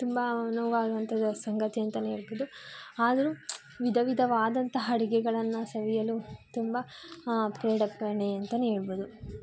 ತುಂಬ ನೋವಾಗುವಂಥ ಸಂಗತಿ ಅಂತನೆ ಹೇಳ್ಬೋದು ಆದರೂ ವಿಧ ವಿಧವಾದಂಥ ಅಡಿಗೆಗೆಗಳನ್ನು ಸವಿಯಲು ತುಂಬ ಪ್ರೇರೇಪಣೆ ಅಂತನೆ ಹೇಳ್ಬೋದು